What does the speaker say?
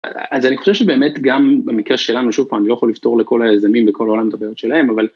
אז אני חושב שבאמת גם במקרה שלנו, שוב פעם, לא יכול לפתור לכל היזמים מכל העולם הדברים שלהם, אבל...